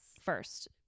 first